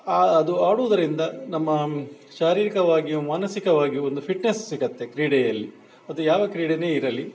ಆ ಅದು ಆಡುವುದರಿಂದ ನಮ್ಮ ಶಾರೀರಿಕವಾಗಿಯೂ ಮಾನಸಿಕವಾಗಿಯೂ ಒಂದು ಫಿಟ್ನೆಸ್ ಸಿಗತ್ತೆ ಕ್ರೀಡೆಯಲ್ಲಿ ಅದು ಯಾವ ಕ್ರೀಡೆನೇ ಇರಲಿ